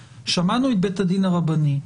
שמענו את בית הדין הרבני,